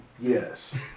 Yes